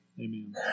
Amen